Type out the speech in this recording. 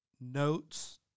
notes